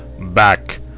Back